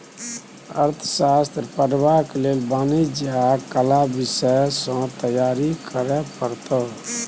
अर्थशास्त्र पढ़बाक लेल वाणिज्य आ कला विषय सँ तैयारी करय पड़तौ